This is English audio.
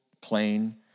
plain